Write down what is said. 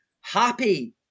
happy